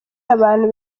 abantu